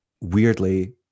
Weirdly